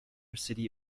city